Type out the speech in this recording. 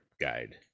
guide